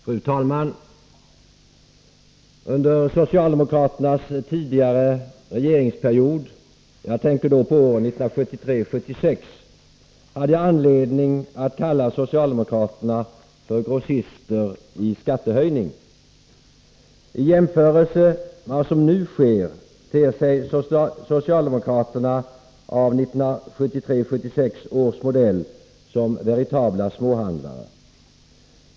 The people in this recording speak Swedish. Fru talman! Under socialdemokraternas tidigare regeringsperiod — jag tänker då på åren 1973-1976 — hade jag anledning att kalla socialdemokraterna för grossister i skattehöjning. I jämförelse med vad som nu sker ter sig socialdemokraterna av 1973-1976 års modell som veritabla småhandlare.